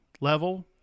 level